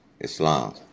Islam